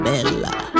Bella